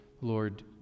Lord